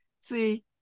See